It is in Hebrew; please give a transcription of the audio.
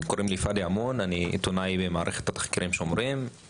קוראים לי פאדי אמון ואני עיתונאי במערכת התחקירים ׳שומרים׳.